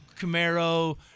Camaro